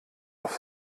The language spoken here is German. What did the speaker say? auf